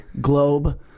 globe